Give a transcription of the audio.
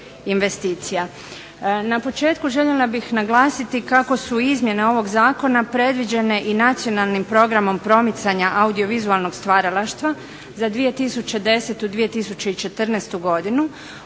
Na početku željela bih naglasiti kako su izmjene ovog zakona predviđene i Nacionalnim programom promicanja audiovizualnog stvaralaštva za 2010. – 2014. godinu